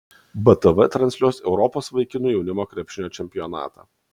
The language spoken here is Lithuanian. btv transliuos europos vaikinų jaunimo krepšinio čempionatą